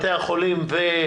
בתי החולים.